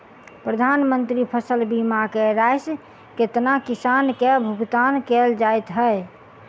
प्रधानमंत्री फसल बीमा की राशि केतना किसान केँ भुगतान केल जाइत है?